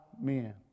men